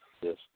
Yes